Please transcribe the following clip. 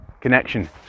connection